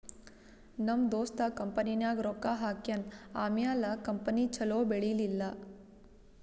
ನಮ್ ದೋಸ್ತ ಕಂಪನಿನಾಗ್ ರೊಕ್ಕಾ ಹಾಕ್ಯಾನ್ ಆಮ್ಯಾಲ ಕಂಪನಿ ಛಲೋ ಬೆಳೀಲಿಲ್ಲ